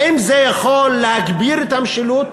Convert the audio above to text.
האם זה יכול להגביר את המשילות?